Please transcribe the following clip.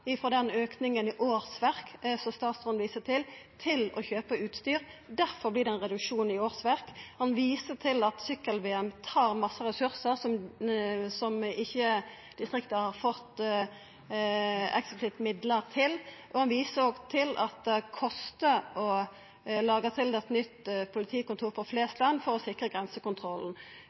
i årsverk som statsråden viser til, til å kjøpa utstyr. Derfor vert det ein reduksjon i årsverk. Han viser til at sykkel-VM tar masse ressursar som ikkje distriktet har fått eksplisitte midlar til. Han visar òg til at det kostar å laga til eit nytt politikontor på Flesland for å sikra grensekontrollen.